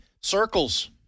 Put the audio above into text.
circles